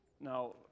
Now